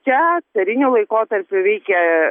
čia cariniu laikotarpiu veikė